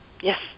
Yes